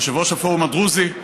יושב-ראש הפורום הדרוזי,